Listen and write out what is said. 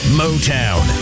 motown